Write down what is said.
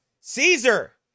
Caesar